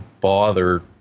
bother